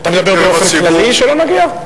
אתה מדבר באופן כללי שלא נגיע?